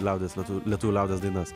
liaudies lietuvių liaudies dainas